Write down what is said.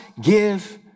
give